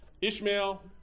Ishmael